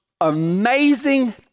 amazing